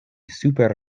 super